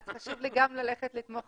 אז חשוב לי ללכת לתמוך,